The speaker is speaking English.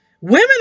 Women